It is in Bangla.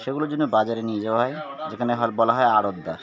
সেগুলোর জন্য বাজারে নিয়ে যাওয়া হয় যেখানে হয় বলা হয় আড়তদার